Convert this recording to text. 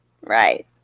Right